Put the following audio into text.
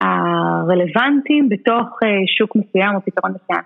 הרלוונטים בתוך שוק מסוים או פתרון מסוים.